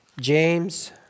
James